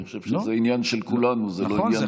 אני חושב שזה עניין של כולנו, נכון.